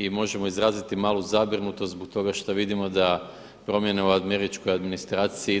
I možemo izraziti malu zabrinutost zbog toga što vidimo da promjene u američkoj administraciji